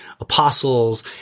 apostles